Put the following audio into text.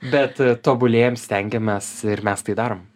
bet tobulėjam stengiamės ir mes tai darom